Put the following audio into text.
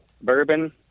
bourbon